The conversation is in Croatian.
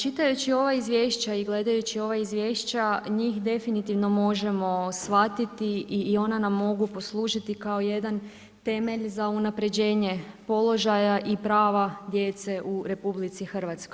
Čitajući ova izvješća i gledajući ova izvješća, njih definitivno možemo shvatiti i ona nam mogu poslužiti kao jedan temelj za unapređenje položaja i prava djece u RH.